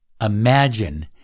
imagine